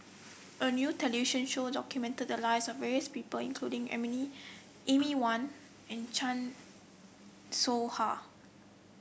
a new television show documented the lives of various people including Amy Amy Van and Chan Soh Ha